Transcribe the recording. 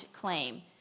Claim